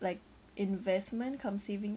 like investment cum saving